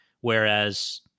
Whereas